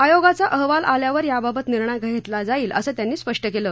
आयोगाचा अहवाल आल्यावर याबाबत निर्णय घेतला जाईल असं त्यांनी स्पष्ट केलं